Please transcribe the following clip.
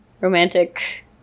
romantic